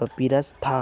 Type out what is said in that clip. papyrus था